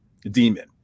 demon